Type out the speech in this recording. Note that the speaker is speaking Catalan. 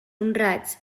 honrats